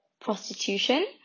prostitution